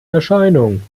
erscheinung